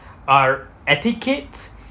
our etiquette